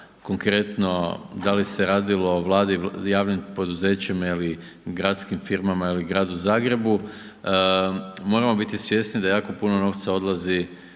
konkretno da li se radilo o vladi, javnim poduzećima ili gradskim firmama ili Gradu Zagrebu, moramo biti svjesni da jako puno novca odlazi